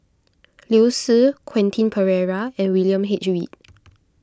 Liu Si Quentin Pereira and William H Read